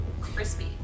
Crispy